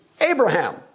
Abraham